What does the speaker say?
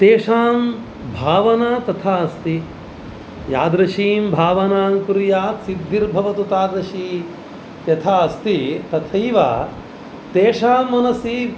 तेषां भावना तथा अस्ति यादृशीं भावनां कुर्यात् सिद्धिर्भवतु तादृशी यथा अस्ति तथैव तेषां मनसि